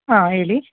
ಹಾಂ ಹೇಳಿ